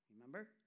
Remember